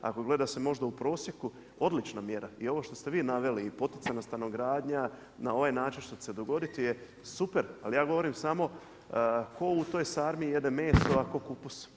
Ako gleda se možda u prosjeku odlična mjera i ovo što ste vi naveli, i poticajna stanogradnja, na ovaj način što će se dogoditi je super, ali ja govorim samo, tko u toj sarmi jede meso, a tko kupus.